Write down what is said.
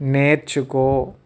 నేర్చుకో